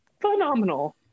phenomenal